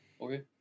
okay